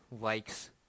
likes